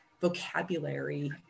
vocabulary